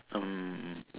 um